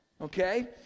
Okay